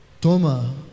Toma